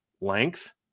length